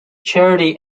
charity